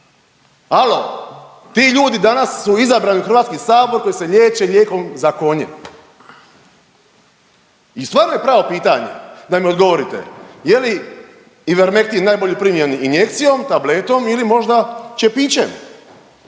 alo ti ljudi danas su izabrani u Hrvatski sabor koji se liječe lijekom za konje. I stvarno je pravo pitanje da mi odgovorite je li Ivermektin najbolje primljen injekcijom, tabletom ili možda čepićem,